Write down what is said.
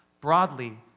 broadly